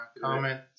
comment